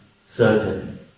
certain